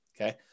Okay